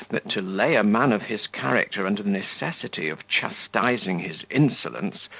that to lay a man of his character under the necessity of chastising his insolence,